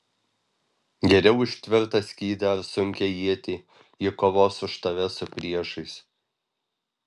geriau už tvirtą skydą ar sunkią ietį ji kovos už tave su priešais